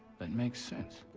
that makes sense.